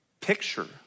picture